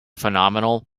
phenomenal